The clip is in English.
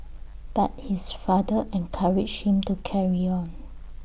but his father encouraged him to carry on